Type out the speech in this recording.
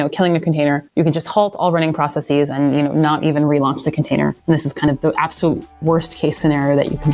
and killing a container, you can just halt all running processes and not even relaunch the container. this is kind of the absolute worst case scenario that you